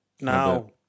Now